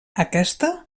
aquesta